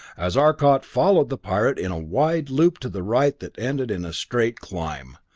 as arcot followed the pirate in a wide loop to the right that ended in a straight climb,